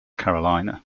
carolina